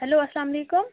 hello السلامُ علیکُم